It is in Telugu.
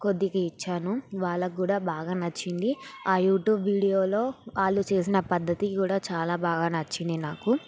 కొద్దిగా ఇచ్చాను వాళ్లకు కూడా బాగా నచ్చింది ఆ యూట్యూబ్ వీడియోలో వాళ్ళు చేసిన పద్ధతి కూడా చాలా బాగా నచ్చింది నాకు